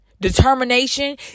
determination